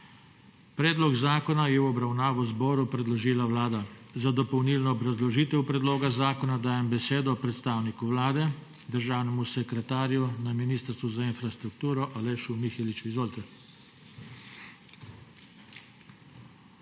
Predlog zakona je v obravnavo zboru predložila Vlada. Za dopolnilno obrazložitev predloga zakona dajem besedo predstavniku Vlade, državnemu sekretarju na Ministrstvu za infrastrukturo Alešu Miheliču. Izvolite.